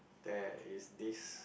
there is this